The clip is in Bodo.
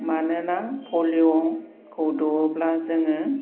मानोना पलिय'खौ दौवोब्ला जोङो